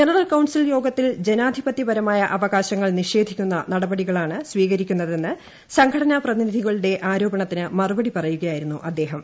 general council യോഗത്തിൽ ജനാധിപതൃപരമായ അവകാശങ്ങൾ നിഷേധിക്കുന്ന നടപടികളാണ് സ്വീകരിക്കുന്നതെന്ന് സംഘടനാ പ്രതിനിധികളുടെ ആരോപണത്തിന് മറുപടി പറയുകയായിരുന്നു അദ്ദേഹം